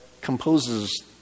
composes